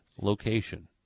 location